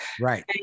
Right